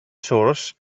source